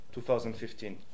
2015